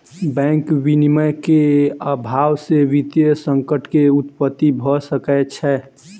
bank विनियमन के अभाव से वित्तीय संकट के उत्पत्ति भ सकै छै